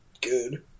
good